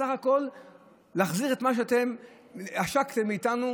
בסך הכול להחזיר את מה שאתם עשקתם מאיתנו,